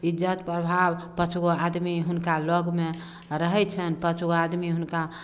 इज्जत प्रभाव पाँचगो आदमी हुनका लग मे रहै छनि पाँचगो आदमी हुनका